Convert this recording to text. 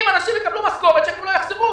אם אנשים יקבלו משכורת, הצ'קים לא יחזרו.